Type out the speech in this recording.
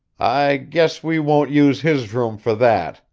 i guess we won't use his room for that,